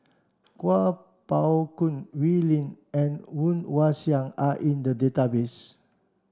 Kuo Pao Kun Wee Lin and Woon Wah Siang are in the database